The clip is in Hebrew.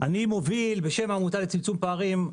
אני מוביל בשם העמותה לצמצום פערים,